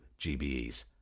GBEs